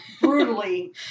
brutally